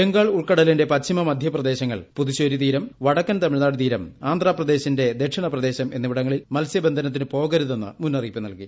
ബംഗാൾ ഉൾക്കടലിന്റെ പശ്ചിമ മധ്യപ്രദേശങ്ങൾ പുതുശ്ശേരി തീരം വടക്കൻ തമിഴ്നാട് തീരം ആന്ധ്രാപ്രദേശിന്റെ ദക്ഷിണ പ്രദേശം എന്നിവിടങ്ങളിൽ മത്സ്യബന്ധനത്തിന് പോകരുതെന്ന് മുന്നറിയിപ്പ് നൽകി